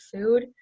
food